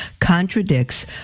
contradicts